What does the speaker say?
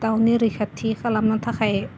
गावनि रैखाथि खालामनो थाखाय